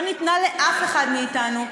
לא ניתנה לאף אחד מאתנו.